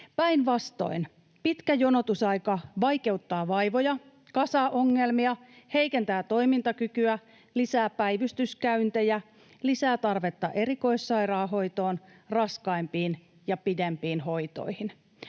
Päinvastoin pitkä jonotusaika vaikeuttaa vaivoja, kasaa ongelmia, heikentää toimintakykyä, lisää päivystyskäyntejä sekä lisää tarvetta erikoissairaanhoitoon ja raskaampiin ja pidempiin hoitoihin.